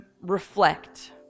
reflect